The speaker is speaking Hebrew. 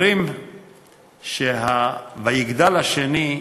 אומרים שה"ויגדל" השני,